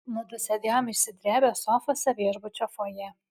mudu sėdėjom išsidrėbę sofose viešbučio fojė